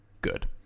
good